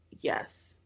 yes